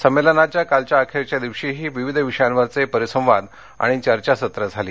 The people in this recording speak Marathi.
संमेलनाच्या कालच्या अखेरच्या दिवशीही विविध विषयांवरचे परिसंवाद आणि चर्चासत्र झाली